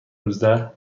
نوزده